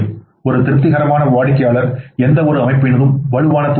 ஒரு திருப்திகரமான வாடிக்கையாளர் எந்தவொரு அமைப்பினதும் வலுவான தூணாகும்